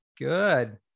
Good